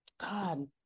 God